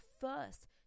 first